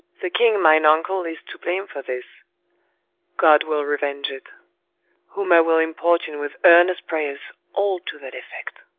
the king mine uncle is to blame for this god will revenge it whom i will importune with earnest prayers all to that effect.